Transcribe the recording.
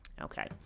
Okay